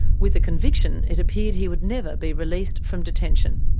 with a conviction, it appeared he would never be released from detention.